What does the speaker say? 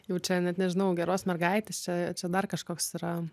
jau čia net nežinau geros mergaitės čia čia dar kažkoks yra